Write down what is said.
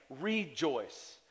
rejoice